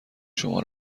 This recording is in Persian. شما